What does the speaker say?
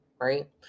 right